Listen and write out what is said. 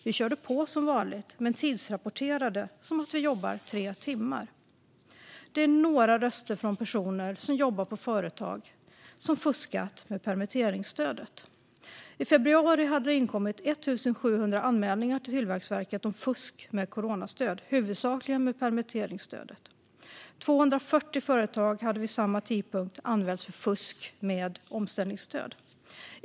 Vi körde på som vanligt, men tidsrapporterade som att vi jobbat tre timmar." I februari hade det inkommit 1 700 anmälningar till Tillväxtverket om fusk med coronastöd, huvudsakligen permitteringsstödet. 240 företag hade vid samma tidpunkt anmälts för fusk med omställningsstöd.